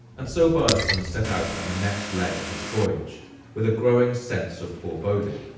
and so, bardason set out on the next leg of his voyage with a growing sense of foreboding.